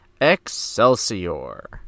Excelsior